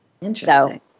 Interesting